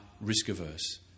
risk-averse